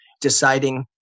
deciding